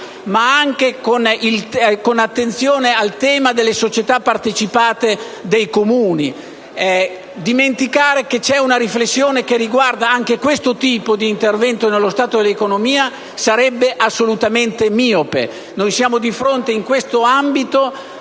ma anche sul tema delle società partecipate dei Comuni. Dimenticare che c'è una riflessione che riguarda anche questo tipo di intervento pubblico nell'economia sarebbe assolutamente miope. Siamo di fronte, in questo ambito,